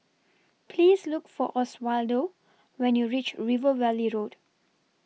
Please Look For Oswaldo when YOU REACH River Valley Road